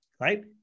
Right